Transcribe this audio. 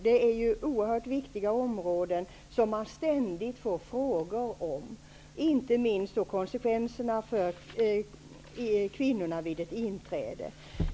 Det är oerhört viktiga områden, som man ständigt får frågor om, inte minst i fråga om konsekvenserna för kvinnorna vid ett inträde.